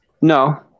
No